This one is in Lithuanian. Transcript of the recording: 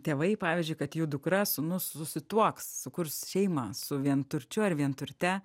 tėvai pavyzdžiui kad jų dukra sūnus susituoks sukurs šeimą su vienturčiu ar vienturte